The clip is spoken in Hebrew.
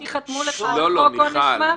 חשבתי שחתמו לך על חוק עונש מוות.